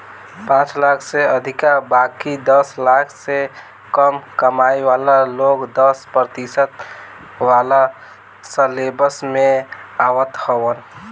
पांच लाख से अधिका बाकी दस लाख से कम कमाए वाला लोग दस प्रतिशत वाला स्लेब में आवत हवन